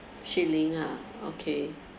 shi lin ah okay